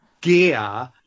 gear